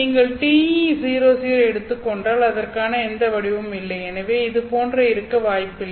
நீங்கள் TE00 ஐ எடுத்துக் கொண்டால் அதற்கான எந்த வடிவமும் இல்லை எனவே இது போன்று இருக்க வாய்ப்பு இல்லை